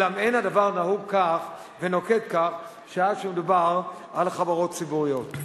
אולם אין הדבר נהוג כך ונוקט כך שעה שמדובר על חברות ציבוריות.